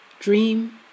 Dream